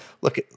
look